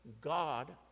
God